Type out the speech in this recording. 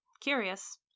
curious